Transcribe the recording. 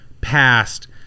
past